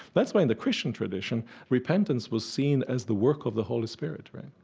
that's why in the christian tradition repentance was seen as the work of the holy spirit, right?